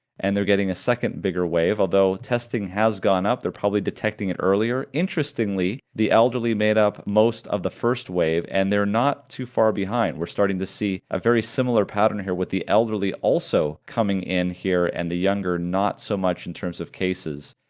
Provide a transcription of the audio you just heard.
and they're getting a second bigger wave. although testing has gone up, they're probably detecting it earlier. interestingly the elderly made up most of the first wave, and they're not too far behind. we're starting to see a very similar pattern here with the elderly also coming in here and the younger not so much in terms of cases.